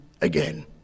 again